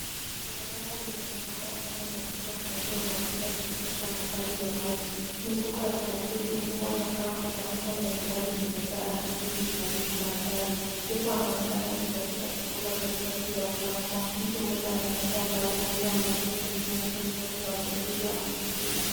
Takataka zimetapakaa kando ya mto mdogo unaopita katika ya makaazi ya watu. Mifuko ya plastiki, nguo chakavu na taka za nyumbani zimejaa ardhini zikiharibu maandhari. Kuku anaonekana akitafuta chakula katikati ya uchafu. Mwananchi mmoja anatembea mbali . Hali ya mazingira ikionyesha uchafu na uchafuzi wa mazingira.